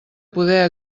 poder